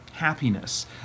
happiness